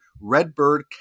Redbird